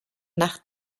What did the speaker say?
nach